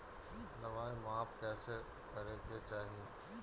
दवाई माप कैसे करेके चाही?